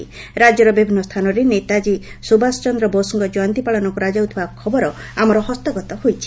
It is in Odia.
ରାକ୍ୟର ବିଭିନ୍ନ ସ୍ଚାନରେ ନେତାକୀ ସୁଭାଷ ଚନ୍ଦ୍ର ବୋଷଙ୍ଙ ଜୟନ୍ତୀ ପାଳନ କରାଯାଉଥିବା ଖବର ଆମର ହସ୍ତଗତ ହୋଇଛି